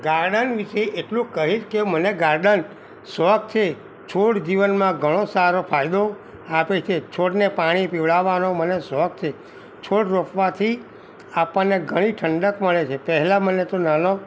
garden વિષે એટલું કહીશ કે મને ગાર્ડન શોખ છે છોડ જીવનમાં ઘણો સારો ફાયદો આપે છે છોડને પણી પીવડાવવાનો મને શોખ છે છોડ રોપવાથી આપણને ઘણી ઠંડક મળે છે પહેલાં મને તો નાનો